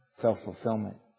self-fulfillment